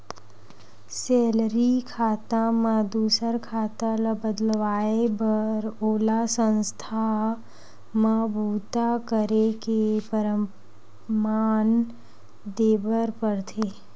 salary खाता म दूसर खाता ल बदलवाए बर ओला संस्था म बूता करे के परमान देबर परथे